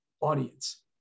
audience